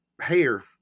hair